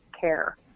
care